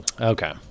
Okay